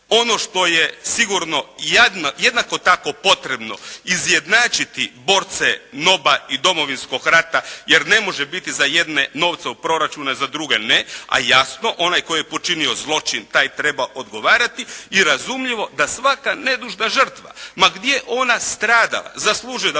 Ono što je sigurno jednako tako potrebno izjednačiti borce NOB-a i Domovinskog rata, jer ne može biti za jedne novca u proračunu, a za druge ne, a jasno onaj koji je počinio zločin taj treba odgovarati i razumljivo da svaka nedužna žrtva ma gdje ona stradala, zaslužuje da